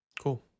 Cool